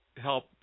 help